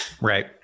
Right